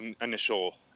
initial